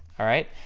alright,